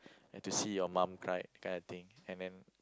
and to see your mum cry kind of thing and then